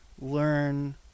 learn